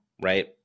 right